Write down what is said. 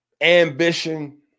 ambition